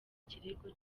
ikirego